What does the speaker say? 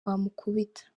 bamukubita